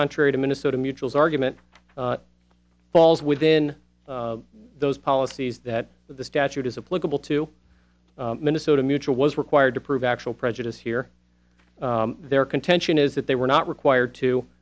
contrary to minnesota mutuals argument falls within those policies that the statute is a political two minnesota mutual was required to prove actual prejudice here their contention is that they were not required to